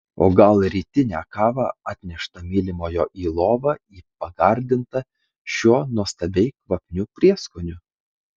o gal rytinę kavą atneštą mylimojo į lovą į pagardintą šiuo nuostabiai kvapniu prieskoniu